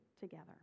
together